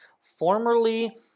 formerly